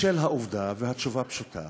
התשובה פשוטה: